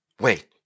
Wait